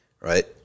right